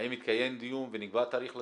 האם התקיים דיון ונקבע תאריך לדיון?